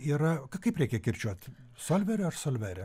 yra kaip reikia kirčiuoti solvere ar solvere